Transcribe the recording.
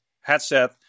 headset